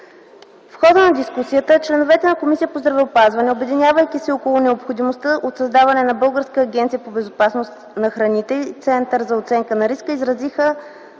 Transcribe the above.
В хода на дискусията членовете на Комисията по здравеопазването, обединявайки се около необходимостта от създаването на Българска агенция по безопасност на храните и Център за оценка на риска, изразиха